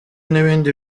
n’ibindi